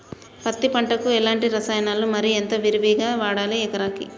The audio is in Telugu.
పత్తి పంటకు ఎలాంటి రసాయనాలు మరి ఎంత విరివిగా వాడాలి ఎకరాకి?